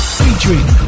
featuring